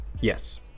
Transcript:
Yes